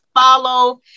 follow